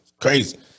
Crazy